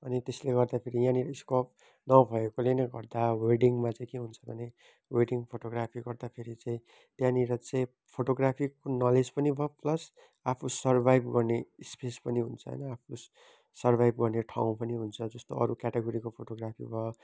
अनि त्यसले गर्दाखेरि यहाँनेरि स्कोप नभएकोले नै गर्दा वेडिङमा चाहिँ के हुन्छ भने वेडिङ फोटोग्राफी गर्दाखेरि चाहिँ त्यहाँनिर चाहिँ फोटोग्राफीको नलेज पनि भयो प्लस आफु सर्भाइभ गर्ने स्पेस पनि हुन्छ होइन आफु सर्भाइभ गर्ने ठाउँ पनि हुन्छ जस्तो अरू क्याटेगोरीको फोटोग्राफी भयो